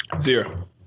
Zero